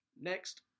Next